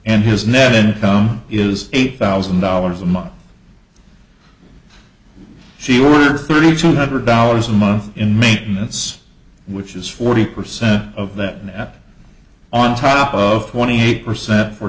and his net income is eight thousand dollars a month she or three two hundred dollars a month in maintenance which is forty percent of that on top of twenty eight percent for